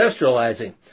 industrializing